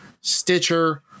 Stitcher